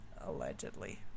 allegedly